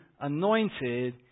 anointed